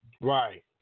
Right